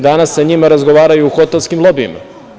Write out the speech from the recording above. Danas sa njima razgovaraju u hotelskim lobijima.